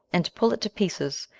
and to pull it to pieces,